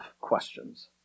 questions